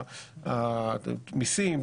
המיסים,